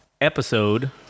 episode